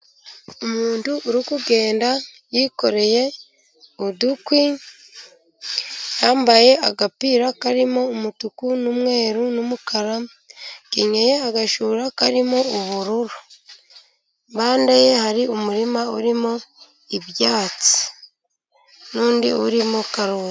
Umuntu uriku kugenda yikoreye udukwi, yambaye agapira karimo umutuku n'umweru n'umukara akenyeye agashura karimo ubururu impande ye hari umurima urimo ibyatsi n'undi urimo karoti.